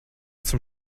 zum